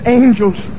angels